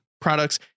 products